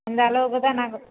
அந்தளவுக்கு தான் நாங்கள்